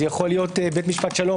יכול להיות בית משפט שלום,